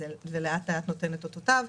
מה שלאט לאט נותן את אותותיו.